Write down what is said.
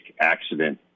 accident